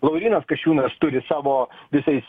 laurynas kasčiūnas turi savo visais